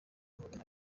magana